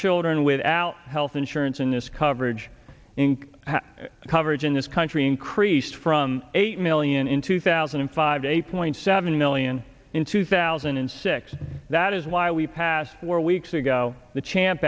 children without health insurance in this coverage and coverage in this country increased from eight million in two thousand and five eight point seven million in two thousand and six that is why we passed four weeks ago the champ